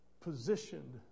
positioned